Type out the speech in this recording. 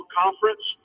conference